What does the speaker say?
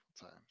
times